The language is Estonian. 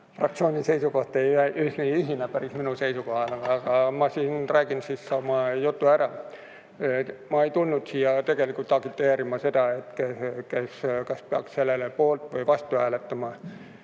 Fraktsiooni seisukoht ei ühti päris minu seisukohaga, aga ma räägin oma jutu ära. Ma ei tulnud siia tegelikult agiteerima, kas peaks selle poolt või vastu hääletama.